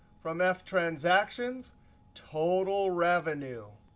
from ah ftransactions, total revenue.